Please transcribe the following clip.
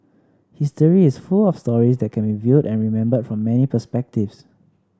history is full of stories that can be viewed and remembered from many perspectives